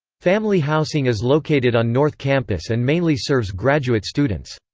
family housing is located on north campus and mainly serves graduate students.